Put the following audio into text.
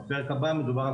בפרק הבא מדובר על